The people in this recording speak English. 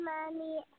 Mommy